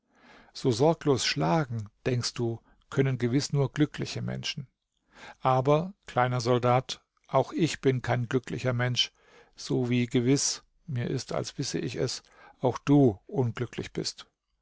so sorglos schlagen denkst du können gewiß nur glückliche menschen aber kleiner soldat auch ich bin kein glücklicher mensch sowie gewiß mir ist als wisse ich es auch du unglücklich bist